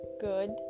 Good